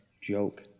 joke